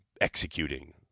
executing